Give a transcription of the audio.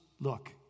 look